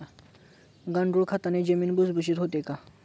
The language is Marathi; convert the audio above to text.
गांडूळ खताने जमीन भुसभुशीत होते का?